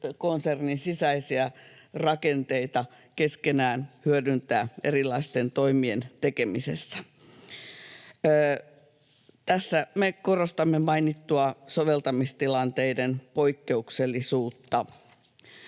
konsernin sisäisiä rakenteita keskenään hyödyntää erilaisten toimien tekemisessä. Tässä me korostamme mainittua soveltamistilanteiden poikkeuksellisuutta.